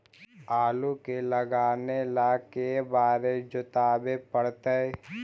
आलू के लगाने ल के बारे जोताबे पड़तै?